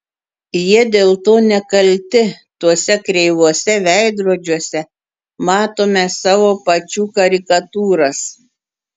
jie dėl to nekalti tuose kreivuose veidrodžiuose matome savo pačių karikatūras